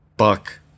Buck